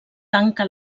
tanca